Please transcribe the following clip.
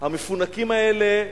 המפונקים האלה,